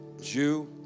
Jew